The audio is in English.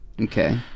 Okay